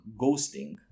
ghosting